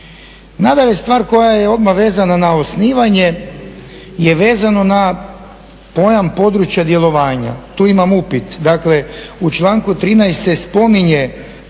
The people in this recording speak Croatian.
Nadalje, stvar koja je odmah vezana na osnivanje je vezano na pojam područja djelovanja. Tu imam upit, dakle, u članku 13. se spominje